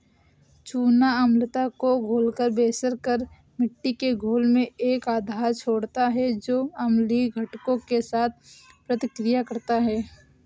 चूना अम्लता को घोलकर बेअसर कर मिट्टी के घोल में एक आधार छोड़ता है जो अम्लीय घटकों के साथ प्रतिक्रिया करता है